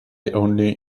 only